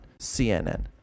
CNN